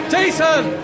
Jason